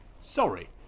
Sorry